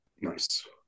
Nice